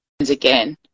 again